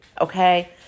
Okay